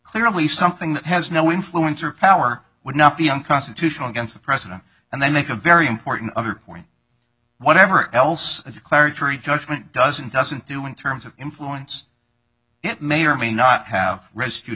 clearly something that has no influence or power would not be unconstitutional against the president and then make a very important other point whatever else a cleric for a judgment doesn't doesn't do in terms of influence it may or may not have rescued